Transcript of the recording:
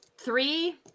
three